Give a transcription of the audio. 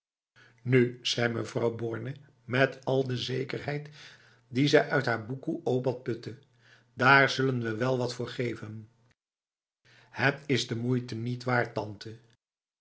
nu zei mevrouw borne met al de zekerheid die zij uit haar boekoe obat putte daar zullen we je wel wat voor geven het is de moeite niet waard tante